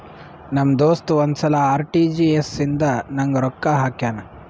ನಮ್ ದೋಸ್ತ ಒಂದ್ ಸಲಾ ಆರ್.ಟಿ.ಜಿ.ಎಸ್ ಇಂದ ನಂಗ್ ರೊಕ್ಕಾ ಹಾಕ್ಯಾನ್